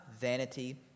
vanity